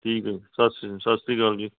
ਠੀਕ ਹੈ ਸਾਸੀ ਸਤਿ ਸ਼੍ਰੀ ਅਕਾਲ ਜੀ